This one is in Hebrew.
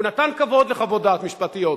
הוא נתן כבוד לחוות דעת משפטיות.